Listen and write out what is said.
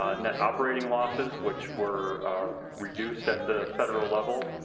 ah net operating losses which were reduced at the federal level.